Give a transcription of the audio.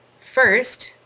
first